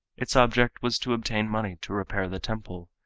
its object was to obtain money to repair the temple,